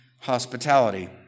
hospitality